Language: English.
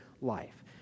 life